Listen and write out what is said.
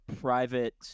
private